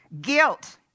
Guilt